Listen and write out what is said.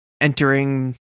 entering